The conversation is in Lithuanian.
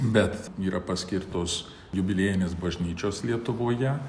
bet yra paskirtos jubiliejinės bažnyčios lietuvoje